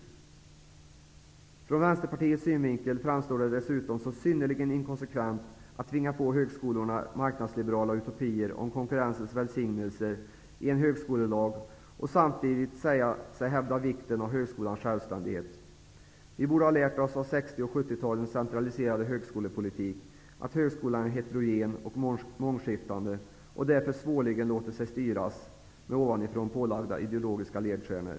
Utifrån Vänsterpartiets synvinkel framstår det dessutom som synnerligen inkonsekvent att tvinga på högskolorna marknadsliberala utopier om konkurrensens välsignelser i en högskolelag och samtidigt hävda vikten av högskolans självständighet. Vi borde ha lärt oss av 60 och 70 talens centraliserade högskolepolitik att högskolan är heterogen och mångskiftande, och därför svårligen låter sig styras med ovanifrån pålagda ideologiska ledstjärnor.